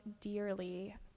dearly